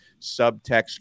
subtext